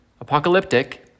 Apocalyptic